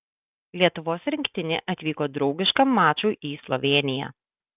lietuvos rinktinė atvyko draugiškam mačui į slovėniją